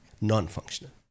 non-functional